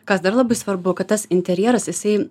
kas dar labai svarbu kad tas interjeras jisai